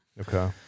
okay